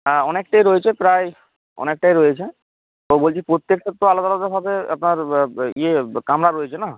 হ্যাঁ অনেকটাই রয়েছে প্রায় অনেকটাই রয়েছে তো বলছি প্রত্যেকটার তো আলাদা আলাদাভাবে আপনার ইয়ে কামরা রয়েছে না